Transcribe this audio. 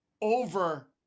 over